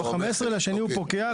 ב-15 בפברואר הוא פוקע,